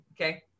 Okay